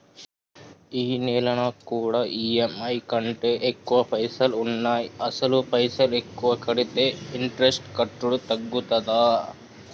ఈ నెల నా కాడా ఈ.ఎమ్.ఐ కంటే ఎక్కువ పైసల్ ఉన్నాయి అసలు పైసల్ ఎక్కువ కడితే ఇంట్రెస్ట్ కట్టుడు తగ్గుతదా?